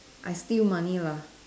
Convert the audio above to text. I steal money lah